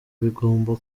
bigomba